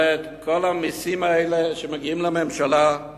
הרי כל המסים האלה שמגיעים לממשלה הם